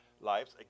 lives